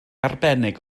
arbennig